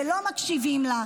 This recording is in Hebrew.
ולא מקשיבים לה.